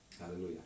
Hallelujah